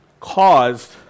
caused